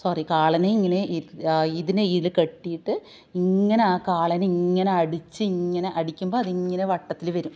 sorry കാളേനെയിങ്ങനെ ഇതിനെ ഇതിൽ കെട്ടീട്ട് ഇങ്ങനെ കാളേനെയിങ്ങനെ അടിച്ചിങ്ങനെ അടിക്കുമ്പോൾ അതിങ്ങനെ വട്ടത്തിൽ വരും